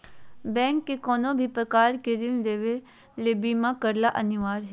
bank से कउनो भी प्रकार के ऋण लेवे ले बीमा करला अनिवार्य हय